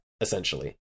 essentially